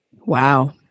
Wow